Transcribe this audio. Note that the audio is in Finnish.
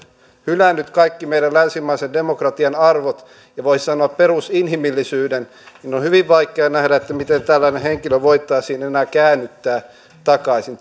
hylännyt kaikki meidän länsimaisen demokratian arvot ja voi sanoa perusinhimillisyyden niin on on hyvin vaikea nähdä miten tällainen henkilö voitaisiin enää käännyttää takaisin